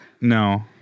No